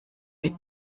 mit